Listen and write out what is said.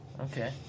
Okay